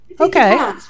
okay